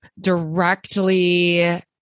directly